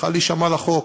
צריכה להישמע לחוק.